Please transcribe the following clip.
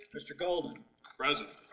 mr. golden present.